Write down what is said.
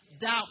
doubt